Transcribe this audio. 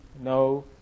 No